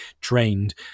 trained